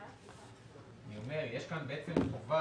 יש כאן בעצם חובה,